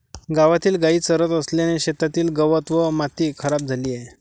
गावातील गायी चरत असल्याने शेतातील गवत व माती खराब झाली आहे